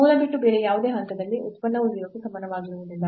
ಮೂಲ ಬಿಟ್ಟು ಬೇರೆ ಯಾವುದೇ ಹಂತದಲ್ಲಿ ಉತ್ಪನ್ನವು 0 ಕ್ಕೆ ಸಮನಾಗಿರುವುದಿಲ್ಲ